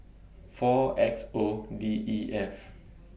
four X O D E F